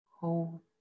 hope